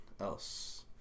else